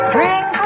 Drink